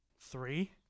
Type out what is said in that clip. Three